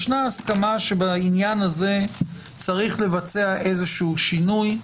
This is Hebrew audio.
ישנה הסכמה שבעניין הזה צריך לבצע איזשהו שינוי.